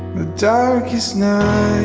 the dark is now